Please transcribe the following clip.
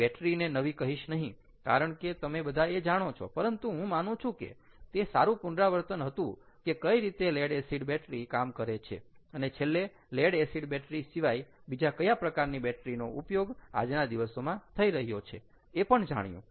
હું બેટરી ને નવી કહીશ નહિ કારણ કે તમે બધા એ જાણો છો પરંતુ હું માનું છું કે તે સારું પુનરાવર્તન હતું કે કઈ રીતે લેડ એસિડ બેટરી કામ કરે છે અને છેલ્લે લેડ એસિડ બેટરી સિવાય બીજા કયા પ્રકારની બેટરી નો ઉપયોગ આજના દિવસોમાં થઈ રહ્યો છે એ પણ જાણ્યું